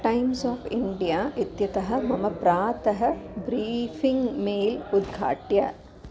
times of India इत्यतः मम प्रातः ब्रीफ़िङ्ग् मेल् उद्घाटय